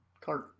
Cart